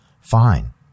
Fine